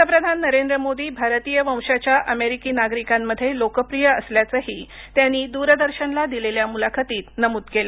पंतप्रधान नरेंद्र मोदी भारतीय वंशाच्या अमेरिकी नागरिकांमध्ये लोकप्रिय असल्याचंही त्यांनी दूरदर्शनला दिलेल्या मुलाखतीत नमूद केलं